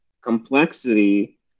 complexity